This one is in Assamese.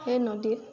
সেই নদীত